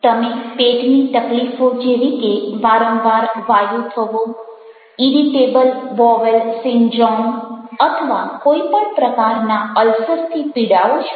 તમે પેટની તકલીફો જેવી કે વારંવાર વાયુ થવો ઇરિટેબલ બોવેલ સિન્ડ્રોમ અથવા કોઈ પણ પ્રકારના અલ્સર થી પીડાઓ છો